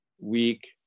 weak